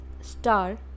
star